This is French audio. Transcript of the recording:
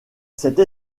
cette